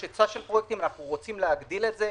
יש היצע של פרויקטים שאנחנו רוצים להגדיל אותו.